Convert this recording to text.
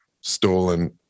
stolen